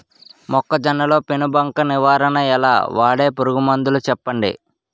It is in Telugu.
మొక్కజొన్న లో పెను బంక నివారణ ఎలా? వాడే పురుగు మందులు చెప్పండి?